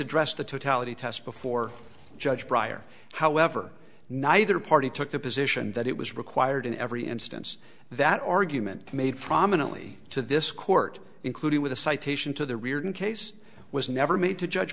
addressed the totality test before judge bryer however neither party took the position that it was required in every instance that argument made prominently to this court including with a citation to the riordan case was never made to judge